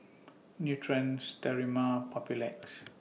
Nutren Sterimar and Papulex